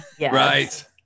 Right